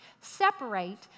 Separate